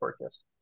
purchase